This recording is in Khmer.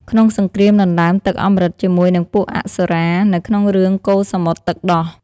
ក្នុងសង្គ្រាមដណ្តើមទឹកអម្រឹតជាមួយនឹងពួកអសុរា នៅក្នុងរឿងកូរសមុទ្រទឹកដោះ។